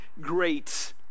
great